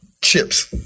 Chips